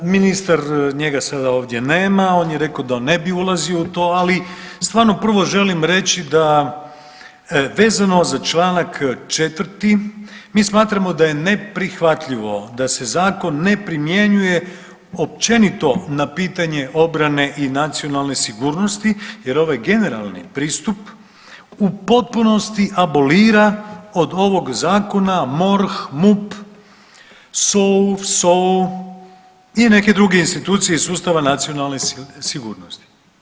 Ministar, njega sada ovdje nema, on je rekao da on ne bi ulazio u to, ali stvarno prvo želim reći da vezano za čl. 4. mi smatramo da je neprihvatljivo da se zakon ne primjenjuje općenito na pitanje obrane i nacionalne sigurnosti jer ovaj generalni pristup u potpunosti abolira od ovoga zakona MORH, MUP, SOA-u, … i neke druge institucije iz sustava nacionale sigurnosti.